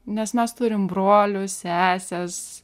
nes mes turim brolių seses